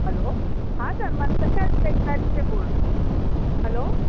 hello ہاں sir Mantasha stationery سے بول ہلو